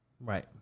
Right